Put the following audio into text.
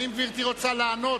האם גברתי רוצה לענות?